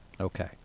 Okay